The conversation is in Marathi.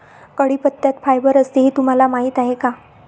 कढीपत्त्यात फायबर असते हे तुम्हाला माहीत आहे का?